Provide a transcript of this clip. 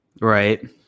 Right